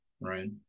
right